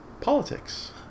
Politics